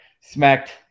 smacked